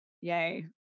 yay